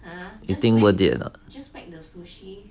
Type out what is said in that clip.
you think worth it or not